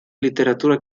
literatura